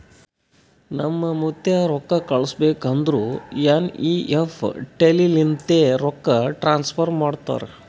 ನಮ್ ಮುತ್ತ್ಯಾ ರೊಕ್ಕಾ ಕಳುಸ್ಬೇಕ್ ಅಂದುರ್ ಎನ್.ಈ.ಎಫ್.ಟಿ ಲಿಂತೆ ರೊಕ್ಕಾ ಟ್ರಾನ್ಸಫರ್ ಮಾಡ್ತಾರ್